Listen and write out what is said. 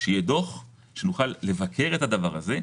שיהיה דוח ונוכל לבקר את הדבר הזה.